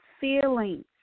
feelings